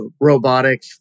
Robotic